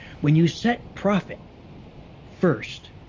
when you set profit first,